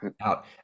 out